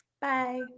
Bye